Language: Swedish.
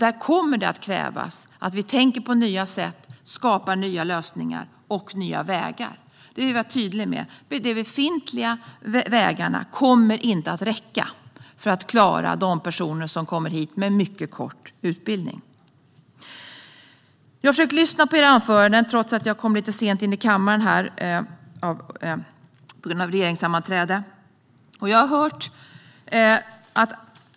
Där kommer det att krävas att vi tänker på nya sätt och skapar nya lösningar och nya vägar. Det är jag tydlig med. De befintliga vägarna kommer inte att räcka för att klara de personer som kommer hit med mycket kort utbildning. Jag har försökt lyssna på era anföranden trots att jag, på grund av regeringssammanträde, kom lite sent till kammaren.